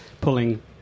pulling